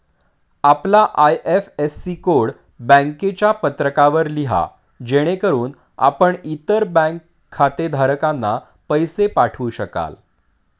आपला IFSC code बँकेच्या पत्रकावर लिहा जेणेकरून आपण इतर बँक खातेधारकांना पैसे पाठवू शकाल